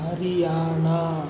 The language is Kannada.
ಹರಿಯಾಣ